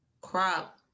Crop